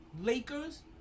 Lakers